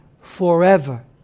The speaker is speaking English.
forever